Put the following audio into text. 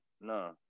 no